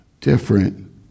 different